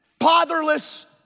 fatherless